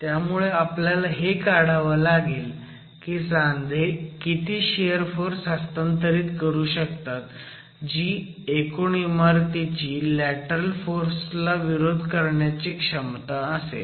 त्यामुळे आपल्याला हे काढावं लागेल की सांधे किती शियर फोर्स हस्तांतरित करू शकतात जी एकूण इमारतीची लॅटरल फोर्सला विरोध करण्याची क्षमता असेल